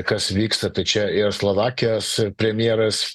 kas vyksta tai čia ir slovakijos premjeras